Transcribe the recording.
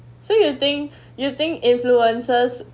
so you think you think influences